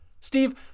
Steve